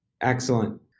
Excellent